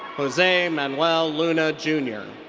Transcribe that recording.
jose manuel luna jr.